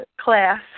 class